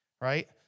right